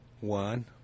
One